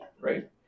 right